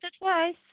twice